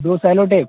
दो cello tape